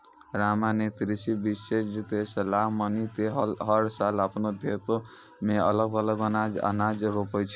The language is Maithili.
रामा नॅ कृषि विशेषज्ञ के सलाह मानी कॅ हर साल आपनों खेतो मॅ अलग अलग अनाज रोपै छै